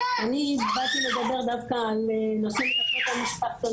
אני באתי לדבר דווקא על נושא המשפחתונים.